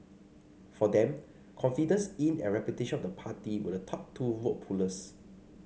for them confidence in and reputation of the party were the top two vote pullers